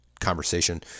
conversation